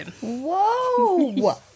Whoa